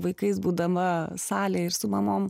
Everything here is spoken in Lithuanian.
vaikais būdama salėj ir su mamom